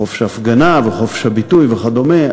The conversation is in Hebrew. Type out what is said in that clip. חופש ההפגנה וחופש הביטוי וכדומה,